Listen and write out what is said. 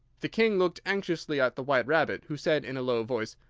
the king looked anxiously at the white rabbit, who said in a low voice,